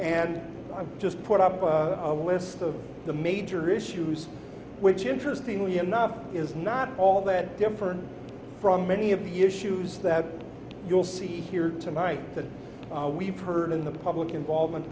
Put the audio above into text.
and i've just put up a list of the major issues which interestingly enough is not all that different from many of the issues that you'll see here tonight that we've heard in the public involvement